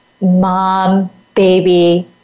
mom-baby